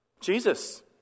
Jesus